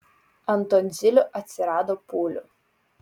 ant tonzilių atsirado pūlių